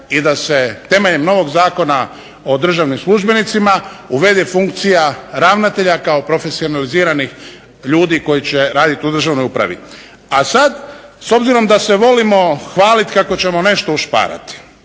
i da se temeljem novog Zakona o državnim službenicima uvede funkcija ravnatelja kao profesionaliziranih ljudi koji će raditi u državnoj upravi. A sada s obzirom da se volimo hvaliti kako ćemo nešto ušparati.